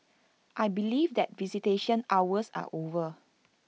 I believe that visitation hours are over